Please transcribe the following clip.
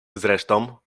zresztą